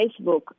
Facebook